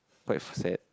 quite sad